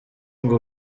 ngo